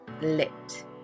lit